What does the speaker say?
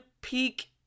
peak